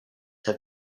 have